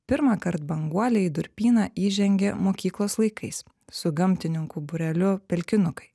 pirmąkart banguolė į durpyną įžengė mokyklos laikais su gamtininkų būreliu pelkinukai